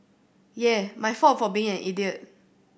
yeah my fault for being an idiot